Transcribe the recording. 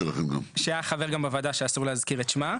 שהיה חבר גם בוועדה שאסור להזכיר את שמה.